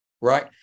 Right